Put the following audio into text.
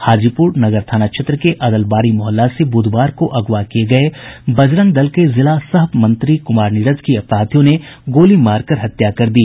हाजीपुर नगर थाना क्षेत्र के अदलबारी मोहल्ला से बुधवार को अगवा किये गये बजरंग दल के जिला सह मंत्री कुमार नीरज की अपराधियों ने गोली मारकर हत्या कर दी